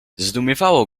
zdumiewało